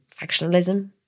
factionalism